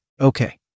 Okay